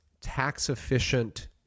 tax-efficient